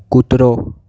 કૂતરો